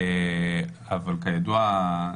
כידוע,